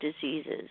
diseases